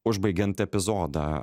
užbaigiant epizodą